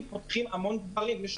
האירועים כרוכים בהמון דברים.